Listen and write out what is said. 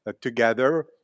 together